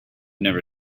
never